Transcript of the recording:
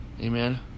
Amen